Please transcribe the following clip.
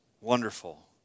wonderful